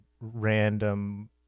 random